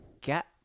get